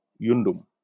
Yundum